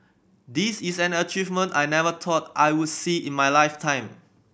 this is an achievement I never thought I would see in my lifetime